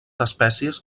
espècies